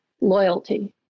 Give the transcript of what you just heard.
loyalty